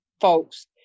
folks